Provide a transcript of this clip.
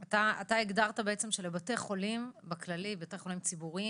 אתה הגדרת שלכל בתי החולים הציבוריים